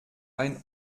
ein